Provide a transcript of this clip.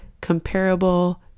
comparable